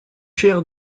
cher